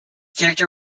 character